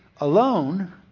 alone